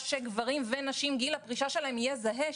שגיל הפרישה של גברים ונשים יהיה זהה,